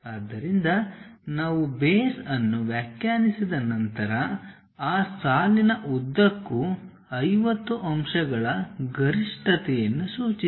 ಆದ್ದರಿಂದ ನಾವು ಬೇಸ್ ಅನ್ನು ವ್ಯಾಖ್ಯಾನಿಸಿದ ನಂತರ ಆ ಸಾಲಿನ ಉದ್ದಕ್ಕೂ 50 ಅಂಶಗಳ ಗರಿಷ್ಠತೆಯನ್ನು ಸೂಚಿಸಿ